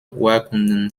urkunden